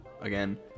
again